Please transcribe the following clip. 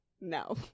No